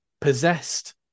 possessed